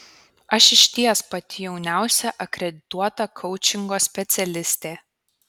aš išties pati jauniausia akredituota koučingo specialistė